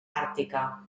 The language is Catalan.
àrtica